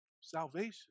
salvation